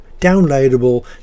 downloadable